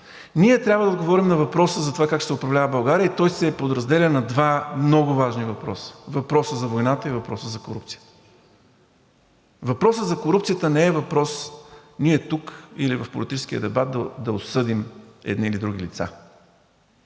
Ние трябва да отговорим на въпроса за това как ще се управлява България и той се подразделя на два много важни въпроса – въпросът за войната и въпросът за корупцията. Въпросът за корупцията не е въпрос ние тук или в политическия дебат да осъдим едни или други лица.